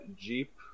jeep